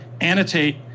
annotate